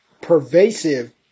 pervasive